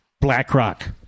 BlackRock